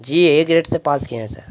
G A grade سے pass کیے ہیں سر